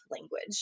language